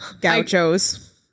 Gauchos